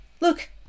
Look